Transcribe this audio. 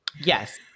Yes